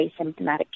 asymptomatic